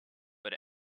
but